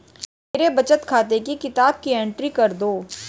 मेरे बचत खाते की किताब की एंट्री कर दो?